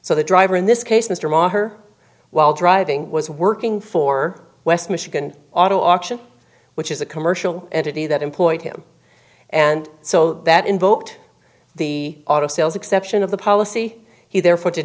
so the driver in this case mr moher while driving was working for west michigan auto auction which is a commercial entity that employed him and so that invoked the auto sales exception of the policy he therefore did